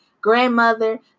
grandmother